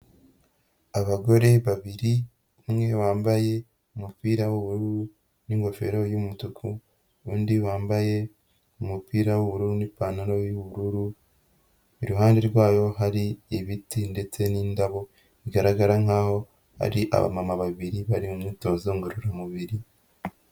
Abagore babiri umwe wambaye umupira w'ubururu n'ingofero y'umutuku, undi wambaye umupira w'ubururu n'ipantaro y'ubururu, iruhande rwayo hari ibiti ndetse n'indabo bigaragara nkaho ari abamama babiri bari mu myitozo ngororamubiri.